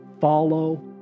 Follow